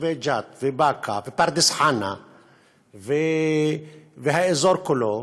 ותושבי ג'ת ובאקה ופרדס-חנה והאזור כולו